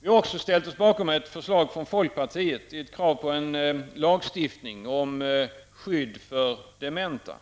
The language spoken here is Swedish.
Vi har också ställt oss bakom ett förslag från folkpartiet med krav på en lagstiftning om skydd för dementa.